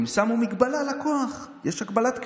הם שמו מגבלה לכוח, יש הגבלת כהונה,